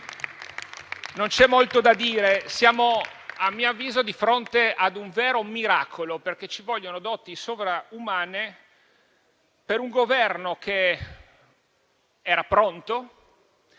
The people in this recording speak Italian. non c'è molto da dire. Siamo, a mio avviso, di fronte ad un vero miracolo, perché ci vogliono doti sovrumane per un Governo che era pronto,